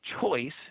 choice